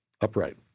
upright